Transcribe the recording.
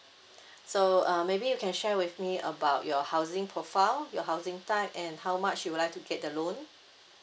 so uh maybe you can share with me about your housing profile your housing type and how much you would like to get the loan